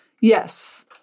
Yes